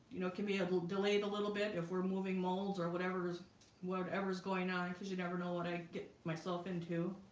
you know can be a little delayed a little bit if we're moving molds or whatever's whatever's going on because you never know what i get myself into